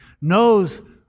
Knows